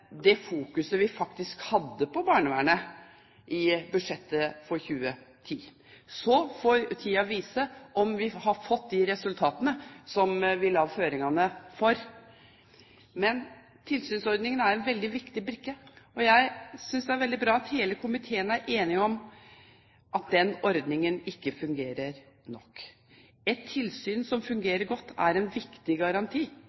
det fokuset vi faktisk hadde på barnevernet i budsjettet for 2010. Så får tida vise om vi har fått de resultatene som vi la føringene for. Men tilsynsordningen er en veldig viktig brikke, og jeg synes det er veldig bra at hele komiteen er enig om at den ordningen ikke fungerer godt nok. Et tilsyn som